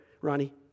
Ronnie